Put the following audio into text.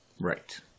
Right